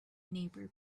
neighbor